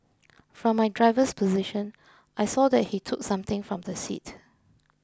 from my driver's position I saw that he took something from the seat